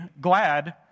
glad